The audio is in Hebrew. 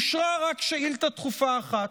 אושרה רק שאילתה דחופה אחת.